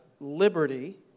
liberty